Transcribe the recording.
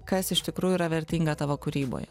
kas iš tikrųjų yra vertinga tavo kūryboje